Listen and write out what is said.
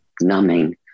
numbing